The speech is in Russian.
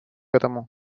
этому